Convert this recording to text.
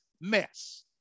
mess